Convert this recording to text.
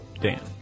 Dan